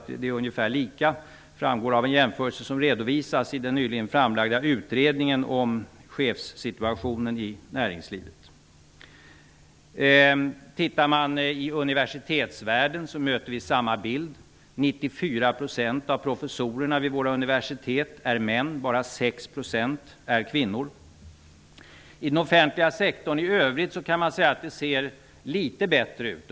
Det framgår av en jämförelse som redovisas i den nyligen framlagda utredningen om chefssituationen i näringslivet. I universitetsvärlden möter vi samma bild. 94 % av professorerna vid våra universitet är män. Bara 6 % är kvinnor. I den offentliga sektorn i övrigt ser det litet bättre ut.